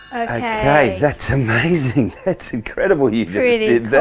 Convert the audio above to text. ok that's amazing. that's incredible you just